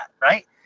right